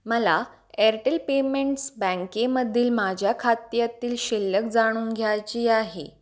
मला Airtel payments बँकेमधील माझ्या खात्यातील शिल्लक जाणून घ्यायची आहे